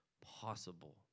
possible